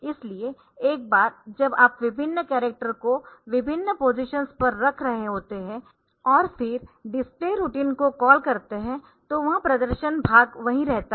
इसलिए एक बार जब आप विभिन्न कॅरक्टर को विभिन्न पोज़िशन्स पर रख रहे होते है और फिर डिस्प्ले रूटीन को कॉल करते है तो वह प्रदर्शन भाग वहीं रहता है